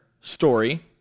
story